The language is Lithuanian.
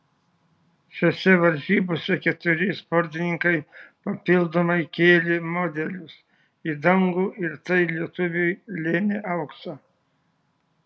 šiose varžybose keturi sportininkai papildomai kėlė modelius į dangų ir tai lietuviui lėmė auksą